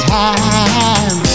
time